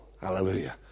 Hallelujah